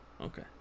okay